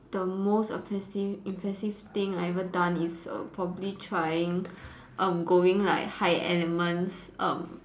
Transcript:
the most oppressive impressive thing I have ever done is err probably trying um going like high elements um